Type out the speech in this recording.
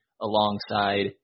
alongside